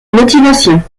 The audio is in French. motivation